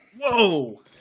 Whoa